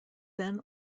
then